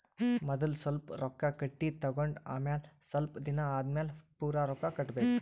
ಮದಲ್ ಸ್ವಲ್ಪ್ ರೊಕ್ಕಾ ಕಟ್ಟಿ ತಗೊಂಡ್ ಆಮ್ಯಾಲ ಸ್ವಲ್ಪ್ ದಿನಾ ಆದಮ್ಯಾಲ್ ಪೂರಾ ರೊಕ್ಕಾ ಕಟ್ಟಬೇಕ್